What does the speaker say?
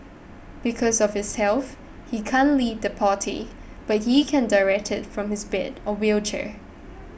because of his health he can't lead the party but he can direct it from his bed or wheelchair